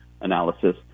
analysis